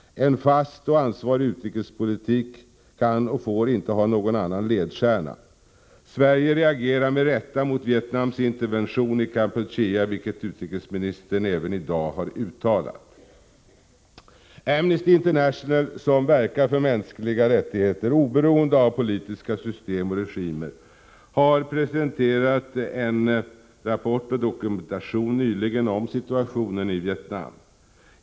En fast och ansvarig utrikespolitik kan och får inte ha någon annan ledstjärna. Sverige reagerar med rätta mot Vietnams intervention i Kampuchea, vilket utrikesministern även i dag har uttalat. Amnesty International, som verkar för mänskliga rättigheter oberoende av politiska system och regimer, har nyligen presenterat en rapport och dokumentation om situationen i Vietnam.